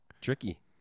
Tricky